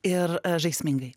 ir žaismingai